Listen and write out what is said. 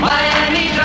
Miami